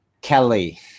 Kelly